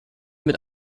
mit